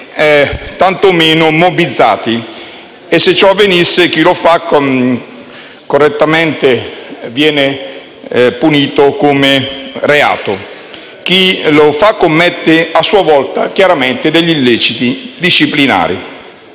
tantomeno mobbizzati e, se ciò avvenisse, chi lo fa, correttamente, viene punito per il reato. Chi lo fa commette, a sua volta, chiaramente degli illeciti disciplinari.